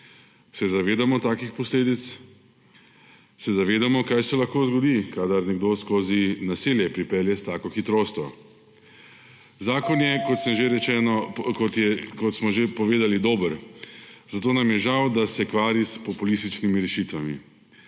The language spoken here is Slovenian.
Se zavedamo takih posledic, se zavedamo kaj se lahko zgodi, kadar nekdo skozi naselje pripelje s tako hitrostjo? Zakon je, kot smo že povedali, dober, zato nam je žal, da se kvari s populističnimi rešitvami.